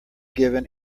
given